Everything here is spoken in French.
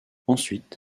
ensuite